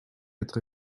être